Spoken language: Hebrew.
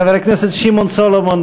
חבר הכנסת שמעון סולומון,